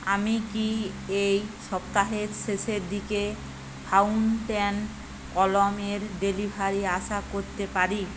আমি কি এই সপ্তাহের শেষের দিকে ফাউন্টেন কলমের ডেলিভারি আশা করতে পারি